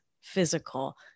physical